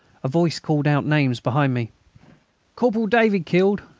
a voice called out names behind me corporal david killed!